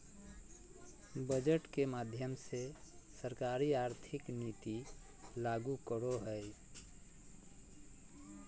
budget के माध्यम से सरकार आर्थिक नीति लागू करो हय